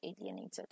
alienated